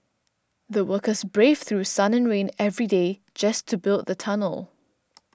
the workers braved through sun and rain every day just to build the tunnel